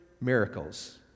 miracles